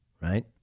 right